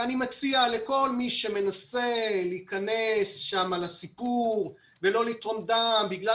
אני מציע לכל מי שמנסה להיכנס לסיפור ולא לתרום דם בגלל